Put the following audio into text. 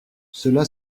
cela